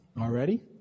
already